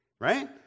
Right